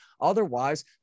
otherwise